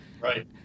Right